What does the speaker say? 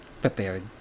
prepared